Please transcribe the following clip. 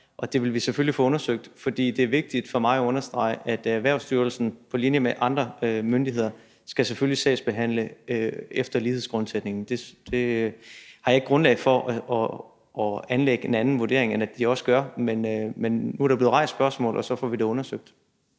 det vil vi selvfølgelig få undersøgt. For det er vigtigt for mig at understrege, at Erhvervsstyrelsen på linje med andre myndigheder selvfølgelig skal sagsbehandle efter lighedsgrundsætningen. Jeg har ikke grundlag for at anlægge anden vurdering, end at de også gør det, men nu er der blevet rejst nogle spørgsmål, og så får vi det undersøgt.